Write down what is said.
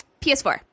ps4